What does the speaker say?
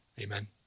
Amen